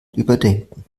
überdenken